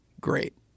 great